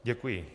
Děkuji.